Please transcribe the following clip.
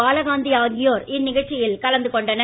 பாலகாந்தி ஆகியோர் இந்நிகழ்ச்சியில் கலந்துகொண்டனர்